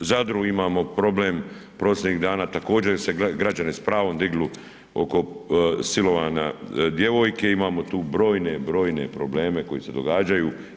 Zadru, imamo problem posljednjih dana također se građani s pravom digli oko silovanja djevojke, imamo tu brojne, brojne probleme koji se događaju.